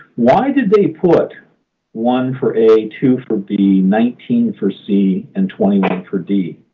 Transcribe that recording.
why did they put one for a, two for b, nineteen for c, and twenty one for d?